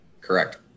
correct